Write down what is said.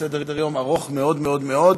סדר-יום ארוך מאוד מאוד מאוד.